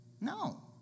No